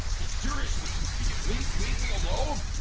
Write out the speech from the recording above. okay, seriously, can you please leave me alone?